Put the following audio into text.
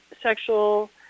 sexual